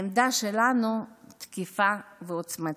העמדה שלנו תקיפה ועוצמתית.